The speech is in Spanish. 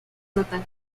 natal